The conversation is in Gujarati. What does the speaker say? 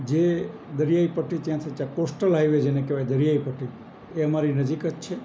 જે દરિયાઈ પટ્ટી ત્યાંથી કોસ્ટલ હાઇવે જેને કહેવાય દરિયાઈ પટ્ટી એ અમારી નજીક જ છે